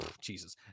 Jesus